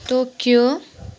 Tokyo